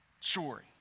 story